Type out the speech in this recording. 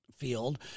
Field